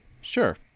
sure